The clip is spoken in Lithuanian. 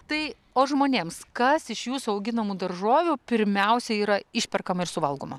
tai o žmonėms kas iš jūsų auginamų daržovių pirmiausia yra išperkama ir suvalgoma